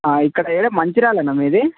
ఇక్కడ ఏడ మంచిర్యాలేనా మీది